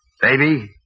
Baby